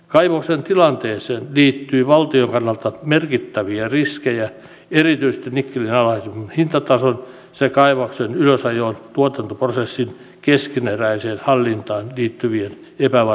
kaivoksen tilanteeseen liittyy valtion kannalta merkittäviä riskejä erityisesti nikkelin alhaisen hintatason sekä kaivoksen ylösajoon ja tuotantoprosessin keskeneräiseen hallintaan liittyvien epävarmuuksien vuoksi